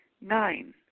Nine